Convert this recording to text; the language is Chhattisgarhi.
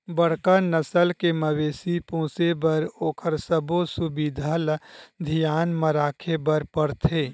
बड़का नसल के मवेशी पोसे बर ओखर सबो सुबिधा ल धियान म राखे बर परथे